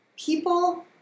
people